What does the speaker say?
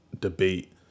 debate